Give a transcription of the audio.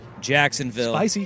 Jacksonville